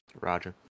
roger